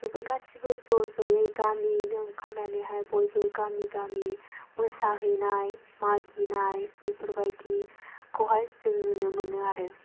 बेफोर गासैबो ज' ज'यै गामियैनो ओंखारनानैहाय बयबो गामि गामि मोसाहैनाय मागिनाय बेफोरबायदिखौहाय जों नुनो मोनो आरो